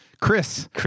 Chris